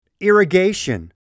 irrigation